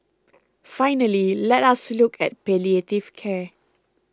finally let us look at palliative care